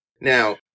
Now